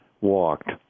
walked